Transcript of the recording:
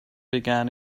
began